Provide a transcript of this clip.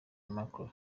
markle